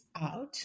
out